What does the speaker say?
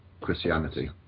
Christianity